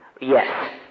Yes